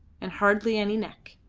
and hardly any neck.